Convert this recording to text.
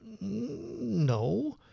No